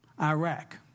Iraq